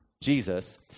Jesus